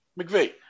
McVeigh